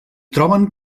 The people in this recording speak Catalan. troben